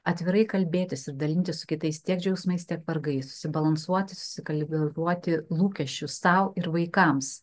atvirai kalbėtis ir dalintis su kitais tiek džiaugsmais tiek vargais susibalansuoti susikalibruoti lūkesčius sau ir vaikams